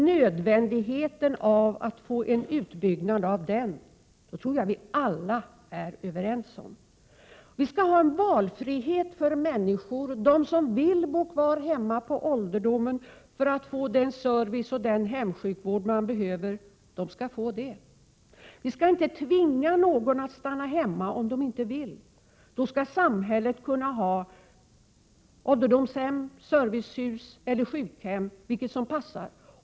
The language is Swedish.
Nödvändigheten av att bygga ut åldringsvården tror jag vi alla är överens om. Människor skall ha valfrihet. De som vill bo kvar hemma på ålderdomen skall få den service och hemsjukvård som de behöver. Men ingen som inte vill stanna hemma skall tvingas till det. Samhället skall kunna ställa upp med ålderdomshem, servicehus och sjukhem, vilket som passar.